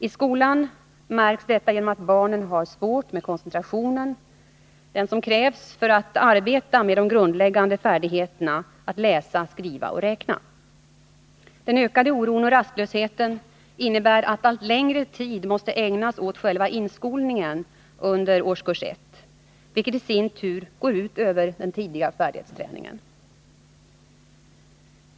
I skolan märks detta genom att barnen har svårt med den koncentration som krävs för att arbeta med de grundläggande färdigheterna att läsa, skriva och räkna. Den ökade oron och rastlösheten innebär att allt längre tid måste ägnas åt själva inskolningen under årskurs 1, vilket i sin tur går ut över den tidiga färdighetsträningen.